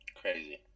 Crazy